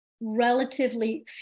relatively